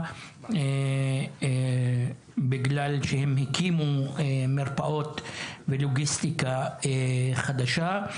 בגלל שהם הקימו מרפאות ולוגיסטיקה חדשה.